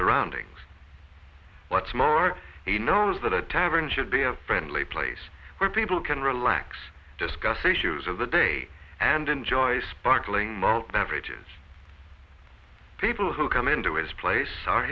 surroundings what smart he knows that a tavern should be a friendly place where people can relax discuss issues of the day and enjoy sparkling malt beverages people who come into his place